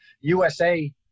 USA